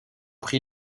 prix